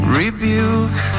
rebuke